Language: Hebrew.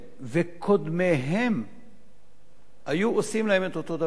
לו קודמיהם היו עושים להם את אותו הדבר.